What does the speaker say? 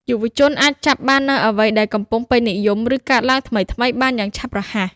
យុវជនអាចចាប់បាននូវអ្វីដែលកំពុងពេញនិយម ឬកើតឡើងថ្មីៗបានយ៉ាងឆាប់រហ័ស។